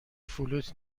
فلوت